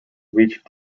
reached